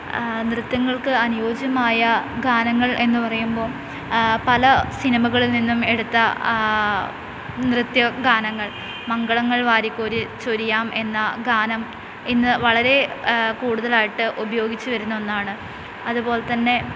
നൃത്ത്യങ്ങൾക്ക് അനുയോജ്യമായ ഗാനങ്ങൾ എന്നുപറയുമ്പോൾ പല സിനിമകളിൽ നിന്നും എടുത്ത നൃത്ത്യഗാനങ്ങൾ മംഗളങ്ങൾ വാരിക്കോരി ചൊരിയാം എന്ന ഗാനം ഇന്ന് വളരേ കൂടുതലായിട്ട് ഉപയോഗിച്ചു വരുന്ന ഒന്നാണ് അതുപോലെതന്നെ